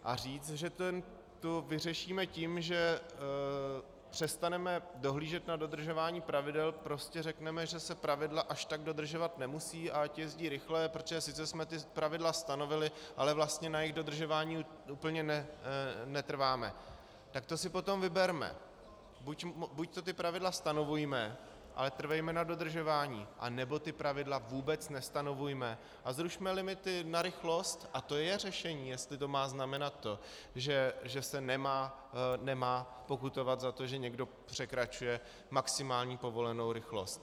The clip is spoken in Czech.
A říct, že to vyřešíme tím, že přestaneme dohlížet na dodržování pravidel, prostě řekneme, že se pravidla až tak dodržovat nemusí a ať jezdí rychle, protože sice jsme pravidla stanovili, ale vlastně na jejich dodržování úplně netrváme, to si potom vyberme: buďto pravidla stanovujme, ale trvejme na dodržování, anebo pravidla vůbec nestanovujme a zrušme limity na rychlost, a to je řešení, jestli to má znamenat to, že se nemá pokutovat za to, že někdo překračuje maximální povolenou rychlost.